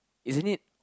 isn't it